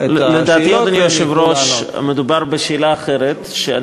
והם ידעו לענות.